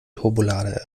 turbolader